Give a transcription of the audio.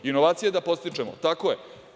Inovacije da podstičemo, tako je.